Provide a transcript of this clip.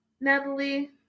Natalie